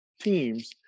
teams